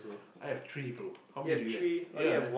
I have three bro how many do you have ya